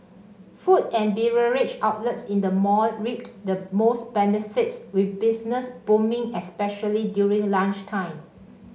food and beverage outlets in the mall reaped the most benefits with business booming especially during lunchtime